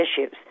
issues